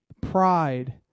Pride